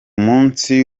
munsi